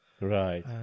right